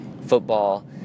football